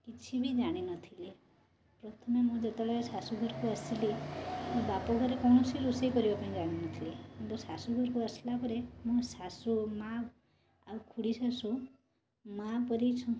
କିଛି ବି ଜାଣି ନଥିଲି ପ୍ରଥମେ ମୁଁ ଯେତେବେଳେ ଶାଶୁ ଘରକୁ ଆସିଲି ବାପ ଘରେ କୌଣସି ରୋଷେଇ କରିବା ପାଇଁ ଜାଣି ନଥିଲି କିନ୍ତୁ ଶାଶୁ ଘରକୁ ଆସିଲା ପରେ ମୋ ଶାଶୁ ମାଆ ଆଉ ଖୁଡ଼ି ଶାଶୁ ମାଆ ପରି